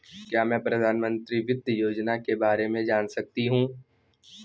क्या मैं प्रधानमंत्री वित्त योजना के बारे में जान सकती हूँ?